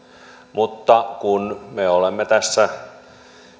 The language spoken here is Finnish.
mutta kun me olemme tässä